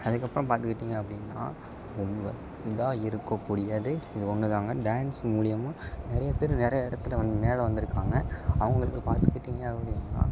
அதுக்கு அப்புறம் பார்த்துக்கிட்டிங்க அப்படின்னா ரொம்ப இதாக இருக்க கூடியது இது ஒன்று தான்ங்க டான்ஸ் மூலிமா நிறைய பேர் நிறைய இடத்துல வந்து மேலே வந்திருக்காங்க அவங்களுக்கு பார்த்துக்கிட்டிங்க அப்படின்னா